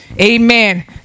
Amen